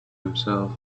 himself